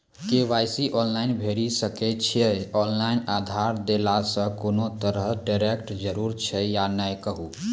KYC online भैरि सकैत छी, ऑनलाइन आधार देलासॅ कुनू तरहक डरैक जरूरत छै या नै कहू?